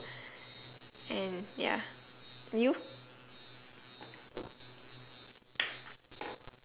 and ya you